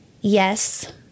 Yes